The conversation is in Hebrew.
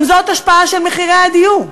גם זאת השפעה של מחירי הדיור.